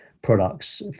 products